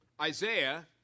Isaiah